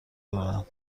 دارند